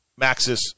Maxis